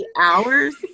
hours